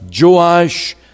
Joash